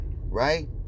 Right